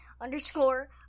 underscore